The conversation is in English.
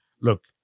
look